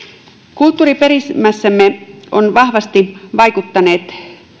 kulttuuriperimässämme ovat vahvasti vaikuttaneet